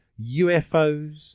UFOs